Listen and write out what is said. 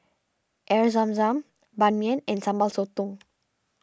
Air Zam Zam Ban Mian and Sambal Sotong